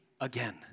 again